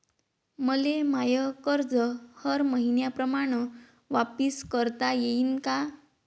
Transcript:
मले माय कर्ज हर मईन्याप्रमाणं वापिस करता येईन का?